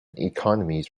economies